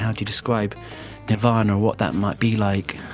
how do you describe nirvana, what that might be like?